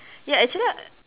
ya actually I